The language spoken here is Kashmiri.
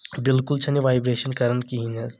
بالکل چھنہٕ یہِ ویبریشن کران کہیٖنۍ حظ